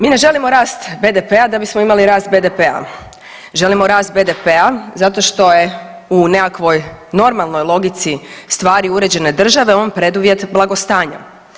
Mi ne želimo rast BDP-a da bismo imali rast BDP-a, želimo rast BDP-a zato što je u nekakvoj normalnoj logici stvari uređene države on preduvjet blagostanja.